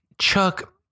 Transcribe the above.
Chuck